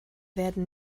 werden